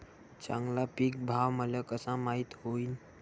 चांगला पीक भाव मले कसा माइत होईन?